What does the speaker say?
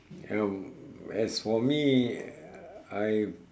um well as for me I